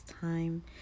time